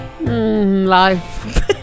Life